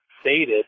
stated